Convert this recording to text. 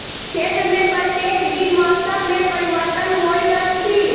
क्षेत्र में प्रत्येक दिन मौसम में परिवर्तन होइत अछि